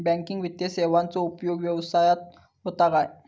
Banking वित्तीय सेवाचो उपयोग व्यवसायात होता काय?